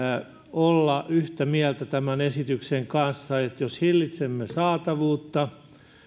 olla yhtä mieltä tämän esityksen kanssa jos hillitsemme saatavuutta